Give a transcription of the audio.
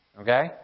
Okay